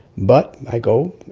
but i go,